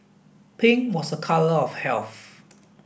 pink was a colour of health